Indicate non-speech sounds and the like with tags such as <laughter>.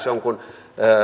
<unintelligible> jonkun